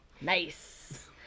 Nice